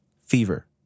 Fever